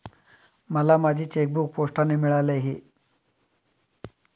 मला माझे चेकबूक पोस्टाने मिळाले आहे